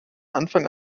anfang